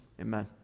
Amen